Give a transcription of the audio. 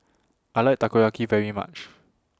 I like Takoyaki very much